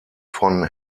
von